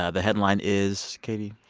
ah the headline is katie?